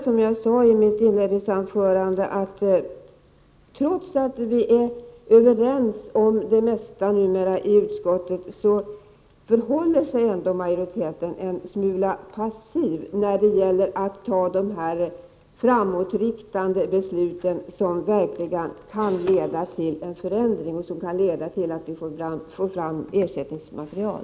Som jag sade i mitt inledningsanförande hävdar jag att trots att vi i utskottet numera är överens om det mesta här, förhåller sig ändå majoriteten en smula passiv inför de framåtriktade beslut som verkigen kan leda till en förändring och till att vi får ersättningsmaterial.